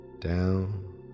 Down